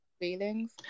feelings